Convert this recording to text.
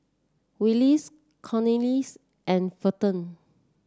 Willis Cornelius and Felton